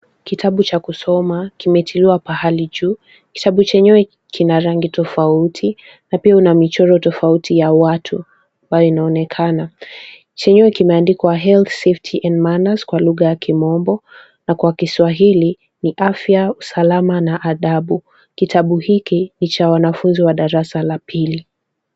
Kitabu cha kusoma, kimetiliwa pahali juu. Kitabu chenyewe kina rangi tofauti. Na pia una michoro tofauti ya watu ambayo inaonekana. Chenyewe kimeandikwa Health, Safety, and Manners kwa lugha ya Kimombo na kwa Kiswahili, ni Afya, Usalama, na adabu. Kitabu hiki ni cha wanafunzi wa darasa la pili.